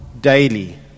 daily